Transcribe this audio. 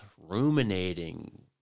ruminating